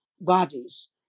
bodies